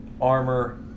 armor